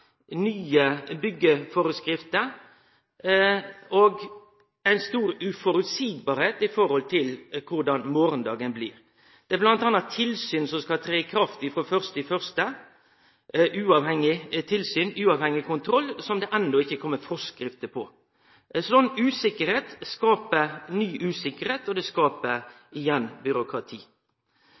korleis morgondagen blir. Det er bl.a. tilsyn som skal tre i kraft frå 1. januar – eit uavhengig tilsyn, ein uavhengig kontroll – som det enno ikkje er kome forskrifter for. Ei sånn usikkerheit skapar ny usikkerheit, og det skapar igjen byråkrati.